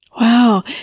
Wow